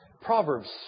Proverbs